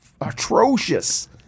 atrocious